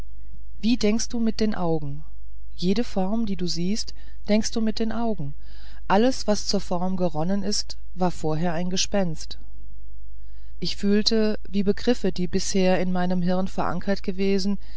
wie denkst du mit dem auge jede form die du siehst denkst du mit dem auge alles was zur form geronnen ist war vorher ein gespenst ich fühlte wie begriffe die bisher in meinem hirn verankert gewesen